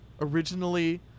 originally